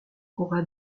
conrad